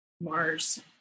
Mars